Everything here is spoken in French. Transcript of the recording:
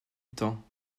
temps